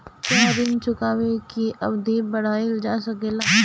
क्या ऋण चुकाने की अवधि बढ़ाईल जा सकेला?